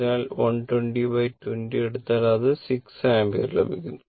അതിനാൽ 120 20 എടുത്താൽ അത് 6 ആമ്പിയർ ലഭിക്കുന്നു